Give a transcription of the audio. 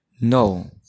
No